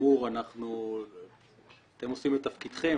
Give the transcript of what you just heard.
שכאמור אתם עושים את תפקידכם,